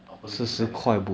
after fifty percent discount